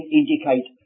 indicate